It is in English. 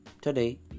today